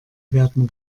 werden